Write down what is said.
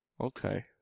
Okay